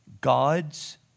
God's